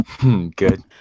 Good